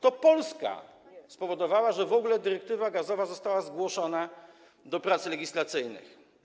To Polska spowodowała, że w ogóle dyrektywa gazowa została zgłoszona do prac legislacyjnych.